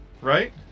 right